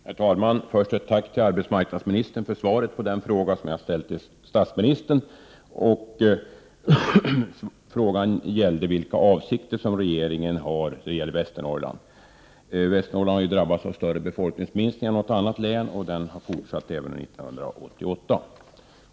Herr talman! Först ett tack till arbetsmarknadsministern för svaret på den fråga jag ställt till statsministern. Frågan gäller vilka avsikter regeringen har då det gäller Västernorrland, som drabbats av större befolkningsminskning än något annat län. Den minskningen har fortsatt även under 1988.